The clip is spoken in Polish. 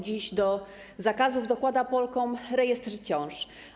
Dziś do zakazów dokłada Polkom rejestr ciąż.